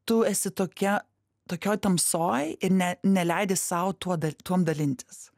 tu esi tokia tokioj tamsoj ir ne neleidi sau tuo da tuom dalintis